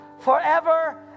forever